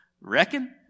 Reckon